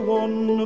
one